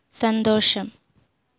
സന്തോഷം